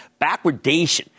backwardation